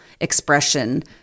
expression